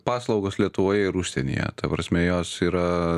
paslaugos lietuvoje ir užsienyje ta prasme jos yra